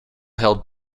held